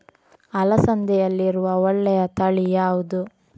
ಅಲಸಂದೆಯಲ್ಲಿರುವ ಒಳ್ಳೆಯ ತಳಿ ಯಾವ್ದು?